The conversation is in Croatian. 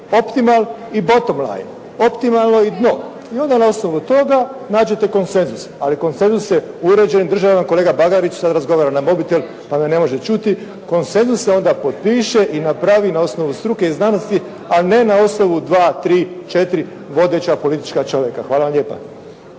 Optimalno i … /Govornik se ne razumije./ … i onda na osnovu toga nađete konsenzus, ali se konsenzus se uređen, kolega Bagarić sada razgovara na mobitel pa me ne može čuti, konsenzus se onda potpiše i napravi na osnovu struke i znanosti, a ne na osnovu dva, tri, četiri vodeća politička čovjeka. Hvala vam lijepa.